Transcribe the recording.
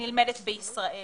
שנלמדת בישראל.